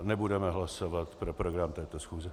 Nebudeme hlasovat pro program této schůze.